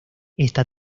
esta